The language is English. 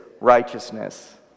righteousness